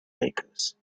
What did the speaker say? makers